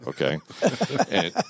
okay